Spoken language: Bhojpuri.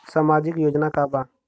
सामाजिक योजना का बा?